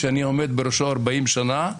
שאני עומד בראשו 40 שנה.